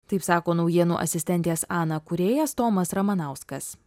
taip sako naujienų asistentės ana kūrėjas tomas ramanauskas